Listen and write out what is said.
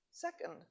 Second